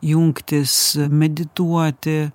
jungtis medituoti